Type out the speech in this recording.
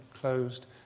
closed